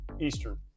Eastern